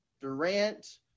Durant